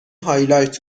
هایلایت